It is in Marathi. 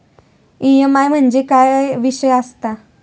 ई.एम.आय म्हणजे काय विषय आसता?